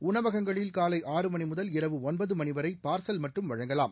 உணவகங்களில் காலை ஆறு மணிமுதல் இரவு ஒன்பது மணி வரை பார்சல் மட்டும் வழங்கலாம்